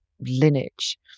lineage